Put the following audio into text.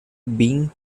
being